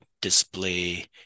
display